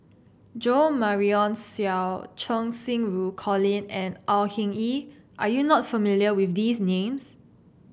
Jo Marion Seow Cheng Xinru Colin and Au Hing Yee are you not familiar with these names